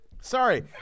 Sorry